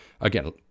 Again